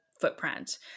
footprint